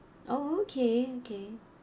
oh okay okay